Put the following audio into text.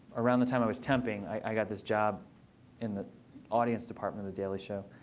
around the time i was temping, i got this job in the audience department of the daily show.